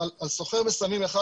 על סוחר בסמים אחד,